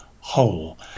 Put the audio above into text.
whole